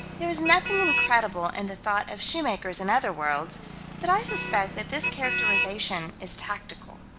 there is nothing incredible in the thought of shoemakers in other worlds but i suspect that this characterization is tactical.